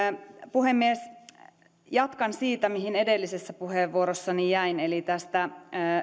puhemies jatkan siitä mihin edellisessä puheenvuorossani jäin eli tästä